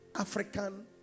African